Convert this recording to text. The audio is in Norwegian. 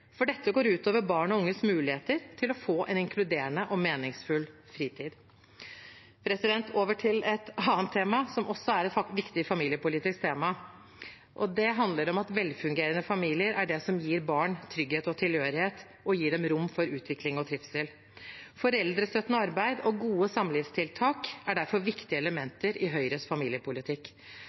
for dette går ut over barn og unges muligheter til å få en inkluderende og meningsfull fritid. Over til et annet tema, som også er et viktig familiepolitisk tema: Det handler om at velfungerende familier er det som gir barn trygghet og tilhørighet og gir dem rom for utvikling og trivsel. Foreldrestøttende arbeid og gode samlivstiltak er derfor viktige elementer i Høyres familiepolitikk.